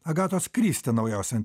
agatos kristi naujausią